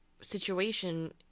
situation